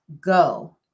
go